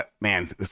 Man